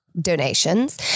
donations